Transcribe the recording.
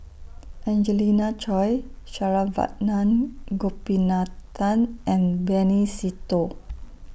Angelina Choy Saravanan Gopinathan and Benny Se Teo